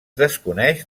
desconeix